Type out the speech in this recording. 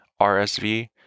RSV